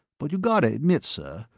but you gotta admit, sir,